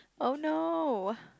oh no